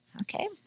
Okay